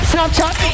Snapchat